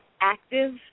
active